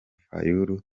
fayulu